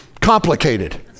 complicated